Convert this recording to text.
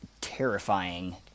terrifying